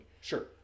Sure